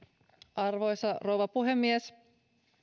arvoisa rouva puhemies